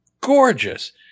gorgeous